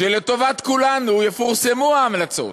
שלטובת כולנו יפורסמו ההמלצות.